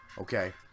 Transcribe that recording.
Okay